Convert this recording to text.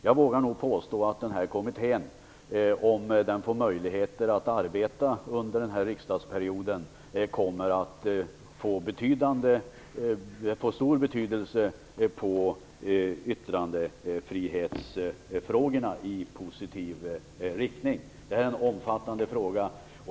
Jag vågar påstå att kommittén, om den får möjligheter att arbeta under denna riksdagsperiod, kommer att få stor betydelse för yttrandefrihetsfrågorna i positiv riktning. Det här är en omfattande fråga.